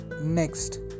Next